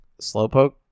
Slowpoke